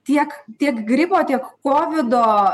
tiek tiek gripo tiek kovido